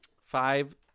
Five